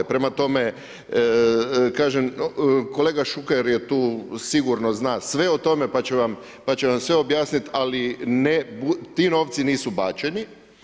Prema tome, kažem kolega Šuker je tu, sigurno zna sve o tome, pa će vam sve objasniti ali ti novci nisu bačeni.